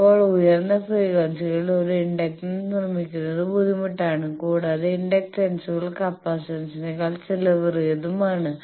ഇപ്പോൾ ഉയർന്ന ഫ്രീക്വൻസികളിൽ ഒരു ഇൻഡക്ടൻസ് നിർമ്മിക്കുന്നത് ബുദ്ധിമുട്ടാണ് കൂടാതെ ഇൻഡക്ടൻസുകൾ കപ്പാസിറ്റൻസിനേക്കാൾ ചെലവേറിയതുമാണ്